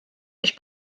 ich